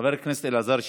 חבר הכנסת אלעזר שטרן.